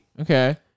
Okay